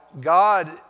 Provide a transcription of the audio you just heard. God